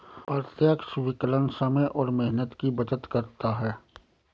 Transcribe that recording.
प्रत्यक्ष विकलन समय और मेहनत की बचत करता है